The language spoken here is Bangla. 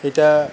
এটা